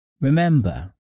Remember